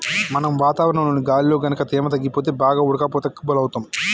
మనం వాతావరణంలోని గాలిలో గనుక తేమ తగ్గిపోతే బాగా ఉడకపోతకి బలౌతాం